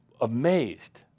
amazed